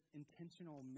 intentional